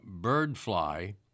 Birdfly